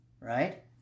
right